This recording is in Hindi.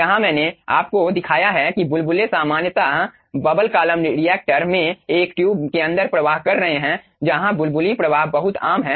यहाँ मैंने आपको दिखाया है कि बुलबुले सामान्यतः बबल कॉलम रिएक्टर में और एक ट्यूब के अंदर प्रवाह कर रहे हैं जहां बुलबुली प्रवाह बहुत आम है